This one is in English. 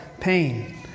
Pain